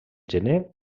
gener